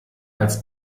als